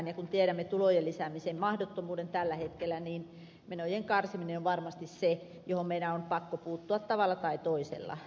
kun tiedämme tulojen lisäämisen mahdottomuuden tällä hetkellä menojen karsiminen on varmasti se johon meidän on pakko puuttua tavalla tai toisella